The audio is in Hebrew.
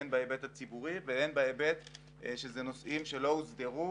הן בהיבט הציבורי והן בהיבט של נושאים שלא הוסדרו